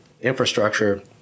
infrastructure